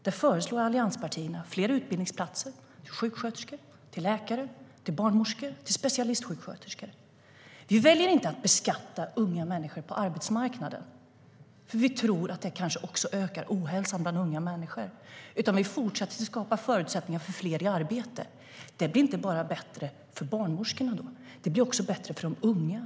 Där föreslår allianspartierna fler utbildningsplatser till sjuksköterskor, läkare, barnmorskor, specialistsjuksköterskor. Vi väljer att inte beskatta unga människor på arbetsmarknaden, för vi tror att det kan öka ohälsan bland dem. I stället fortsätter vi att skapa förutsättningar för fler att komma i arbete. Det blir inte bättre bara för barnmorskor utan också för de unga.